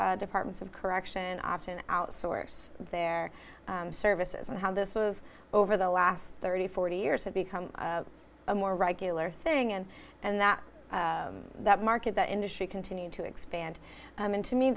departments of correction option outsource their services and how this was over the last thirty forty years had become a more regular thing and and that that market that industry continued to expand and to me